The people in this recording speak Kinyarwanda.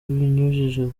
binyujijwe